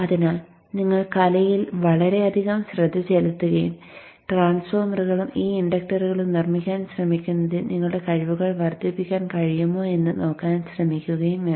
അതിനാൽ നിങ്ങൾ കലയിൽ വളരെയധികം ശ്രദ്ധ ചെലുത്തുകയും ട്രാൻസ്ഫോർമറുകളും ഈ ഇൻഡക്ടറുകളും നിർമ്മിക്കാൻ ശ്രമിക്കുന്നതിൽ നിങ്ങളുടെ കഴിവുകൾ വർദ്ധിപ്പിക്കാൻ കഴിയുമോ എന്ന് നോക്കാൻ ശ്രമിക്കുകയും വേണം